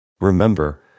Remember